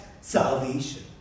salvation